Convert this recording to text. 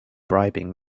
bribing